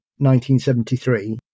1973